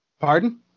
Pardon